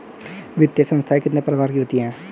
वित्तीय संस्थाएं कितने प्रकार की होती हैं?